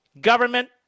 government